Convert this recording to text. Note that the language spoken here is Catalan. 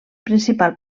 principal